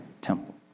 temple